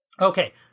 Okay